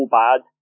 bad